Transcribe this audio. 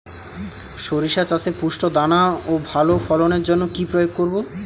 শরিষা চাষে পুষ্ট দানা ও ভালো ফলনের জন্য কি প্রয়োগ করব?